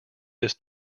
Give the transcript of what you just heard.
this